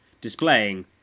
displaying